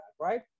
right